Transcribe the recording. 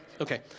Okay